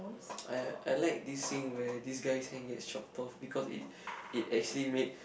I I like this scene where this guy's hand get chopped off because it it actually made